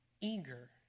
Eager